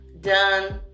done